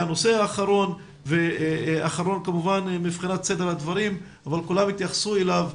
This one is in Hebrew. הנושא האחרון כמובן מבחינת סדר הדברים אבל כולם התייחסו אליו,